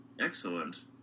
Excellent